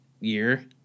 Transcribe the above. year